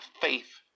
faith